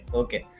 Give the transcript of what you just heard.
okay